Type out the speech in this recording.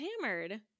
hammered